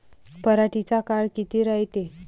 पराटीचा काळ किती रायते?